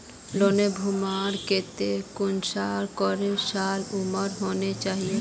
Loan लुबार केते कुंसम करे साल उमर होना चही?